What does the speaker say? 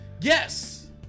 Yes